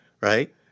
right